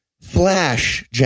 Flash